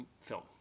film